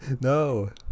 No